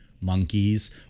monkeys